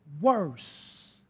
worse